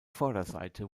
vorderseite